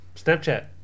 Snapchat